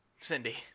Cindy